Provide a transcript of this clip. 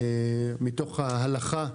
מתוך ההלכה,